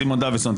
סימון דוידסון.